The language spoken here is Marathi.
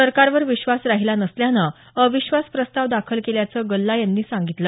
सरकारवर विश्वास राहिला नसल्यानं अविश्वास प्रस्ताव दाखल केल्याचं गल्ला यांनी सांगितलं